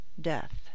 death